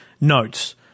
Notes